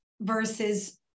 versus